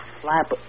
flap